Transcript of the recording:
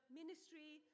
ministry